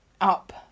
up